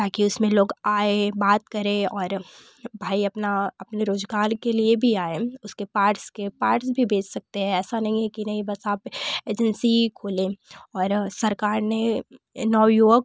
ताकि उसमें लोग आए बात करे और भाई अपना अपने रोज़गार के लिए आए उसके पार्ट्स के पार्ट्स भी बेच सकते हैं ऐसा नहीं है कि नहीं बस आप एजेंसी खोले और सरकार ने नवयुवक